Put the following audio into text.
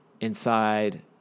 inside